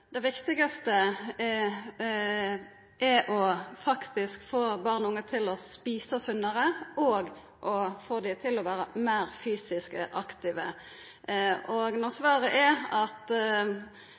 Det viktigaste er å få barn og unge til faktisk å eta sunnare og å få dei til å vera meir fysisk aktive. Når svaret er at vi må ha tillit til skuleeigarar og